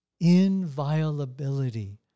inviolability